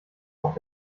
auch